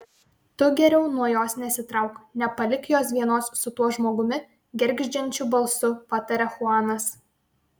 tu geriau nuo jos nesitrauk nepalik jos vienos su tuo žmogumi gergždžiančiu balsu pataria chuanas